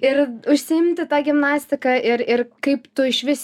ir užsiimti ta gimnastika ir ir kaip tu išvis